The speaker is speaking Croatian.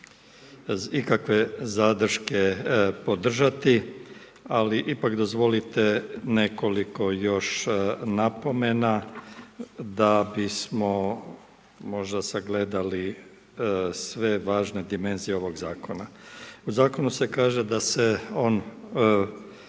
ikakve zadrške podržati, ali ipak dozvolite nekoliko još napomena da bismo možda sagledali sve važne dimenzije ovog Zakona. U Zakonu se kaže da se on